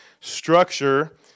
structure